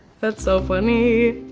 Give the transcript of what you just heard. that's so funny.